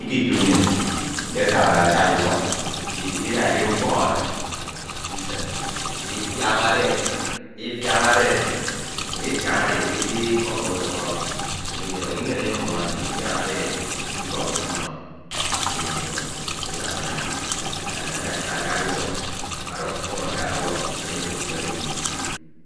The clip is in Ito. Ke itu nnyin, nte asañade atad usunñ. isida enyin ukpohode isín ifianade e, ifianade e nnyin ifianade. e idikobode usun oro nnyin ibe iduk nnyin inyuñ. inyem ndiworo nyin ifianade ikobi usun oro ndim nyin. iworo inyuñ, nte asanade atad usuñ oduk onyuñ ọwọrọ ke ebi nnyin edi oro